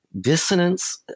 dissonance